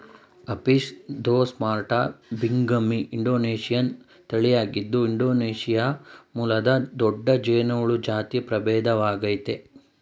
Apis ದೊರ್ಸಾಟಾ ಬಿಂಗಮಿ Indonesian ತಳಿಯಾಗಿದ್ದು ಇಂಡೊನೇಶಿಯಾ ಮೂಲದ ದೊಡ್ಡ ಜೇನುಹುಳ ಜಾತಿ ಪ್ರಭೇದವಾಗಯ್ತೆ